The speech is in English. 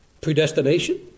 Predestination